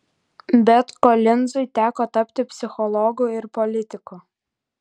bet kolinzui teko tapti psichologu ir politiku